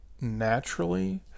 Naturally